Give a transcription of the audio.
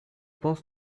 pense